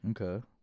Okay